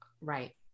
Right